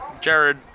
Jared